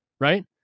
right